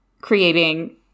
creating